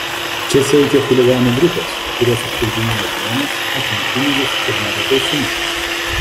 čia siaučia chuliganų grupės kurios užpuldinėja žmones atima pinigus ir neretai sumuša